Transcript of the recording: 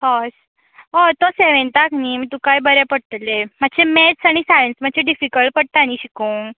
हय हय तो सॅवँताक न्हय मागीर तुकाय बरें पडटलें मात्शें मॅथ्स आनी सायंस मात्शें डिफिकल्ट पडटा न्हय शिकूंक